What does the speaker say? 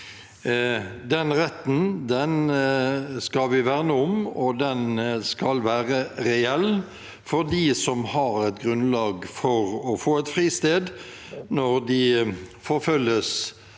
Den retten skal vi verne om, og den skal være reell for dem som har grunnlag for å få et fristed når de forfølges